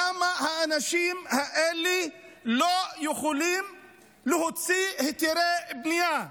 למה האנשים האלה לא יכולים להוציא היתרי בנייה?